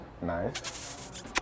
nice